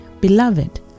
Beloved